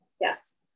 Yes